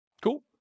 Cool